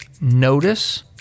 Notice